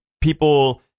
people